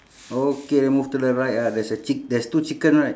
okay then move to the right ah there's a chick~ there's two chicken right